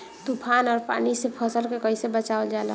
तुफान और पानी से फसल के कईसे बचावल जाला?